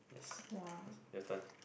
yes your turn